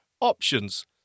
options